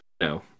no